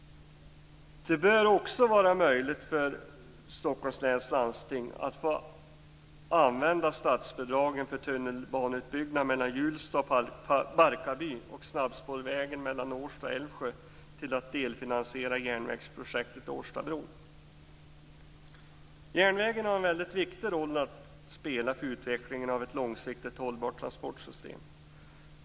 Det bör också vara möjligt för Stockholms läns landsting att få använda statsbidraget för tunnelbaneutbyggnad mellan Hjulsta och Barkarby och snabbspårvägen mellan Årsta och Älvsjö för att delfinansiera järnvägsprojektet Årstabron. Järnvägen har en väldigt viktig roll att spela i utvecklingen av ett långsiktigt hållbart transportsystem.